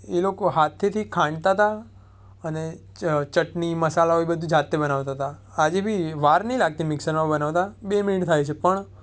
એ લોકો હાથેથી ખાંડતા હતા અને ચટની મસાલાઓ એ બધું જાતે બનાવતા હતા આજે બી વાર નથી લાગતી મિક્સરમાં બનાવતા બે મિનિટ થાય છે પણ